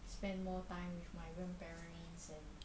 spend more time with my grandparents and